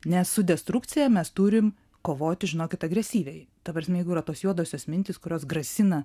nes su destrukcija mes turim kovoti žinokit agresyviai ta prasme jeigu yra tos juodosios mintys kurios grasina